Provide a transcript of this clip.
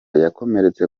yakomeretse